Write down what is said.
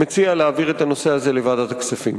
מציע להעביר את הנושא הזה לוועדת הכספים.